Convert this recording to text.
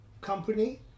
company